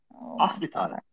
Hospital